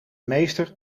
meester